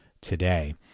today